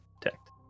detect